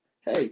hey